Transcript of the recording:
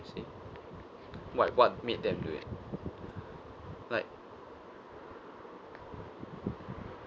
why what made them do it like